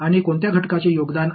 எந்த கூறு பங்களிக்கிறது அல்லது